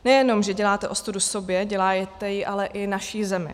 Nejenom že děláte ostudu sobě, děláte ji ale i naší zemi.